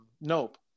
Nope